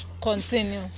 Continue